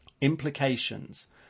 Implications